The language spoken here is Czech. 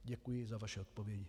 Děkuji za vaši odpověď.